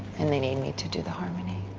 and they need me to do the harmony.